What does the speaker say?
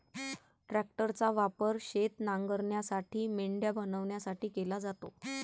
ट्रॅक्टरचा वापर शेत नांगरण्यासाठी, मेंढ्या बनवण्यासाठी केला जातो